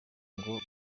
ngo